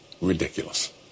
ridiculous